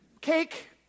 cake